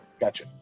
Gotcha